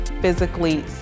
physically